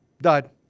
Died